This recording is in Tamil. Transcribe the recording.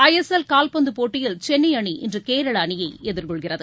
ஐ எஸ் எல் கால்பந்து போட்டியில் சென்னை அணி இன்று கேரள அணியை எதிர்கொள்கிறது